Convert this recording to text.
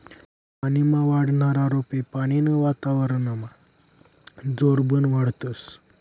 पानीमा वाढनारा रोपे पानीनं वातावरनमा जोरबन वाढतस